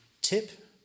tip